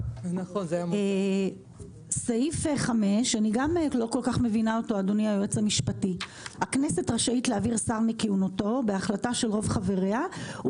אז בכל זאת הייתי שמחה -- אז